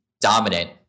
dominant